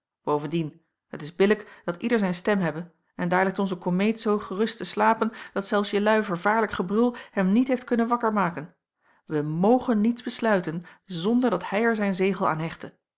bovendien het is billijk dat ieder zijn stem hebbe en daar ligt onze komeet zoo gerust te slapen dat zelfs jelui vervaarlijk gebrul hem niet heeft kunnen wakker maken wij mogen niets besluiten zonder dat hij er zijn zegel aan hechte